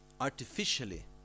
artificially